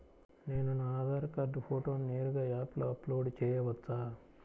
నేను నా ఆధార్ కార్డ్ ఫోటోను నేరుగా యాప్లో అప్లోడ్ చేయవచ్చా?